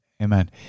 Amen